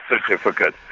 certificate